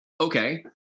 Okay